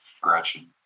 Gretchen